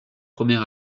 premier